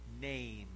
name